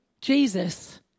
Jesus